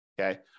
Okay